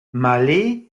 malé